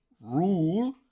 rule